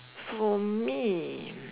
for me